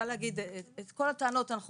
את כל הטענות אנחנו